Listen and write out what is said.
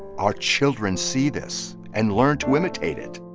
our children see this and learn to imitate it,